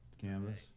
canvas